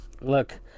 Look